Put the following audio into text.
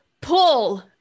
pull